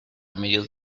medios